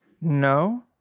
No